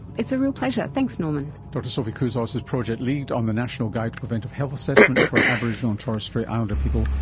it's a real pleasure, thanks norman. dr sophie couzos is project lead on the national guide to preventive health assessment for aboriginal and torres strait islander people,